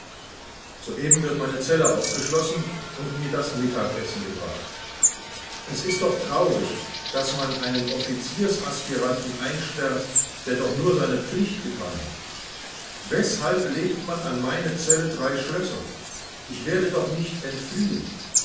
soeben wird meine zelle aufgeschlossen und mir das mittagessen gebracht es ist doch traurig daß man einen offiziersaspiranten einsperrt der doch nur seine pflicht getan hat weshalb legt man an meine zelle drei schlösser ich werde doch nicht entfliehen